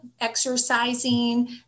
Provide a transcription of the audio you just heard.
exercising